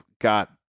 got